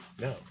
No